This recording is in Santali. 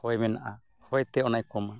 ᱦᱚᱭ ᱢᱮᱱᱟᱜᱼᱟ ᱦᱚᱭᱛᱮ ᱚᱱᱟᱭ ᱠᱚᱢᱟ